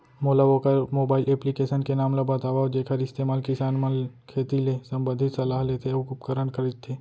मोला वोकर mobile application के नाम ल बतावव जेखर इस्तेमाल किसान मन खेती ले संबंधित सलाह लेथे अऊ उपकरण खरीदथे?